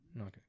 Okay